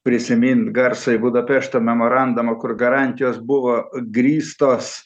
prisimint garsųjį budapešto memorandumą kur garantijos buvo grįstos